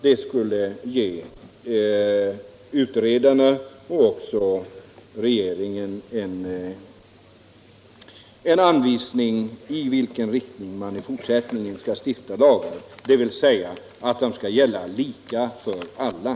Det skulle = Minoritetsorganisa ge utredarna liksom regeringen en anvisning om i vilken riktning man = tioners ställning i fortsättningen skall stifta lagar, dvs. att de skall gälla lika för alla.